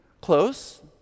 Close